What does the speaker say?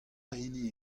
hini